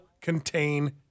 contain